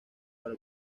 para